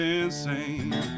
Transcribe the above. insane